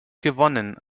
gewonnen